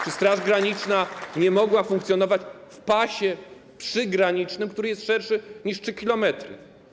Czy Straż Graniczna nie mogła funkcjonować w pasie przygranicznym, który jest szerszy niż 3 km?